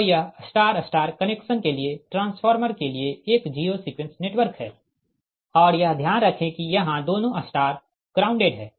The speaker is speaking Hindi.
तो यह स्टार स्टार कनेक्शन के लिए ट्रांसफार्मर के लिए एक जीरो सीक्वेंस नेटवर्क है लेकिन दोनों स्टार ग्राउंडेड है